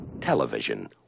Television